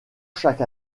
chaque